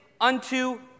unto